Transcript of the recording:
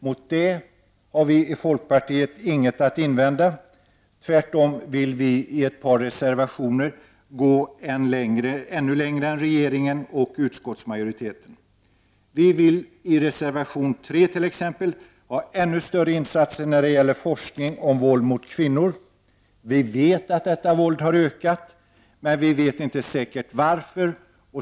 Mot det har vi i folkpartiet inget att invända. I ett par 8 juni 1990 reservationer vill vi tvärtom gå ännu längre än regeringen och utskottsmajoriteten. Vi vill i reservation nr 3 t.ex. ha ännu större insatser när det gäller forskning om våld mot kvinnor. Vi vet att detta våld har ökat, men vi vet inte säkert varför.